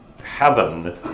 heaven